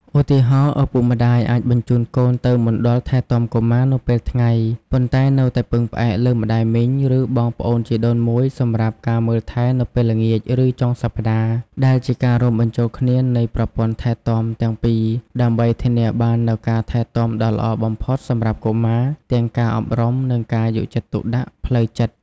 ឧទាហរណ៍ ឪពុកម្ដាយអាចបញ្ជូនកូនទៅមណ្ឌលថែទាំកុមារនៅពេលថ្ងៃ ប៉ុន្តែនៅតែពឹងផ្អែកលើម្ដាយមីង ឬបងប្អូនជីដូនមួយសម្រាប់ការមើលថែនៅពេលល្ងាច ឬចុងសប្ដាហ៍ ដែលជាការរួមបញ្ចូលគ្នានៃប្រព័ន្ធថែទាំទាំងពីរដើម្បីធានាបាននូវការថែទាំដ៏ល្អបំផុតសម្រាប់កុមារ ទាំងការអប់រំ និងការយកចិត្តទុកដាក់ផ្លូវចិត្ត។